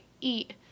eat